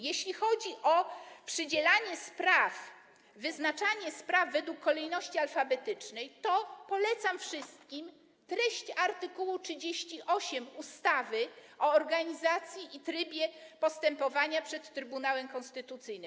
Jeśli chodzi o przydzielanie spraw, wyznaczanie spraw według kolejności alfabetycznej, to polecam wszystkim treść art. 38 ustawy o organizacji i trybie postępowania przed Trybunałem Konstytucyjnym.